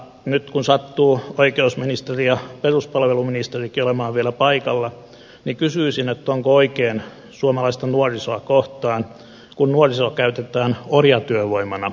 nyt kun sattuu oikeusministeri ja peruspalveluministerikin olemaan vielä paikalla niin kysyisin onko oikein suomalaista nuorisoa kohtaan kun nuorisoa käytetään orjatyövoimana